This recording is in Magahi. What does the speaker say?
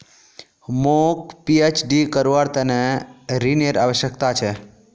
मौक पीएचडी करवार त न ऋनेर आवश्यकता छ